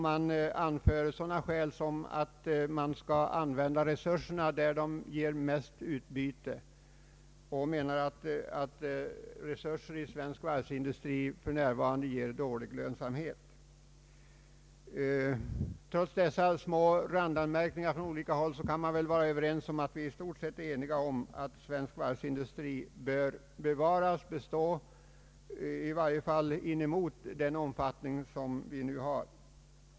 Man anför sådana skäl som att resurserna skall användas där de ger mest utbyte och menar att resurserna i svensk varvsindustri för närvarande ger dålig lönsamhet. Trots dessa små randanmärkningar från olika håll kan vi väl i stort vara överens om att svensk varvsindustri bör bestå i ungefär den omfattningen den nu har.